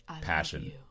passion